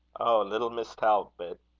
oh! little miss talbot?